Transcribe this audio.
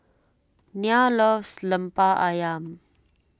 Nia loves Lemper Ayam